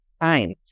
time